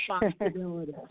responsibility